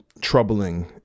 troubling